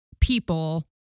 people